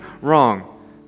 wrong